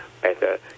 better